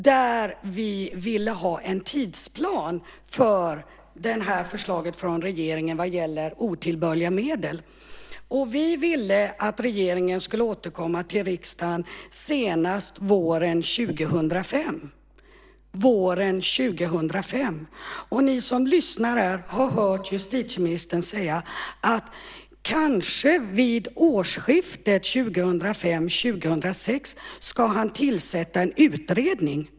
Där ville vi ha en tidsplan för förslaget från regeringen vad gäller otillbörliga medel. Vi ville att regeringen skulle återkomma till riksdagen senast våren 2005. Ni som lyssnar här har hört justitieministern säga att han kanske vid årsskiftet 2005/06 ska tillsätta en utredning.